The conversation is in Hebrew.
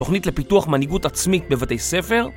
תוכנית לפיתוח מנהיגות עצמית בבתי ספר